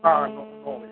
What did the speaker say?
हां नौ बजे